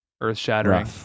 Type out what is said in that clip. earth-shattering